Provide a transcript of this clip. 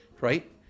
right